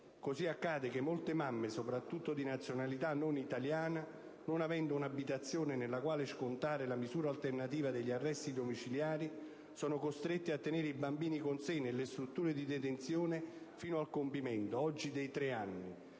Così accade che molte mamme, soprattutto di nazionalità non italiana, non avendo un'abitazione nella quale scontare la misura alternativa degli arresti domiciliari, sono costrette a tenere i bambini con sé nelle strutture di detenzione fino al compimento, oggi, dei tre anni: